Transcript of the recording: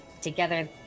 Together